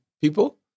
people